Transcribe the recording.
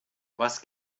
was